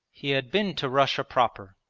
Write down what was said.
he had been to russia proper,